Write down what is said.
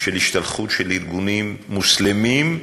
של השתלחות של ארגונים מוסלמיים,